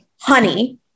honey